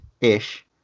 ish